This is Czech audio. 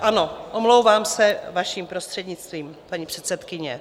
Ano, omlouvám se, vaším prostřednictvím, paní předsedkyně.